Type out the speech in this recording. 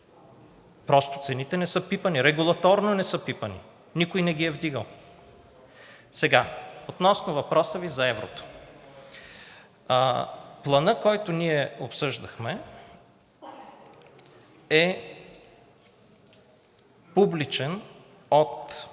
просто цените не са пипани, регулаторно не са пипани, никой не ги е вдигал. Сега, относно въпроса Ви за еврото. Планът, който ние обсъждахме, е публичен от